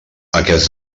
aquests